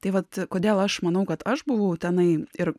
tai vat kodėl aš manau kad aš buvau tenai ir